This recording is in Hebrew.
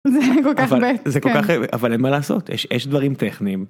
אבל אין מה לעשות יש דברים טכניים.